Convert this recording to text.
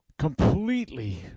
completely